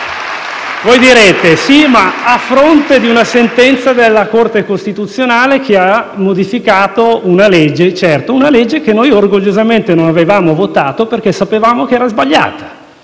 Direte: sì, ma a fronte di una sentenza della Corte costituzionale che ha modificato una legge. Certo, una legge che noi orgogliosamente non avevamo votato perché sapevamo che era sbagliata.